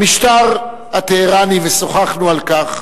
המשטר הטהרני ושוחחנו על כך,